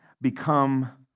become